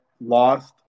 lost